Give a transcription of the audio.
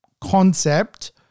concept